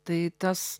tai tas